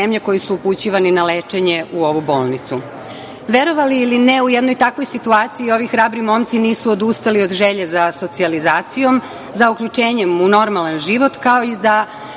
koji su upućivani na lečenje u ovu bolnicu. Verovali ili ne, u jednoj takvoj situaciji ovi hrabri momci nisu odustali od želje za socijalizacijom, za uključenjem u normalan život, kao i da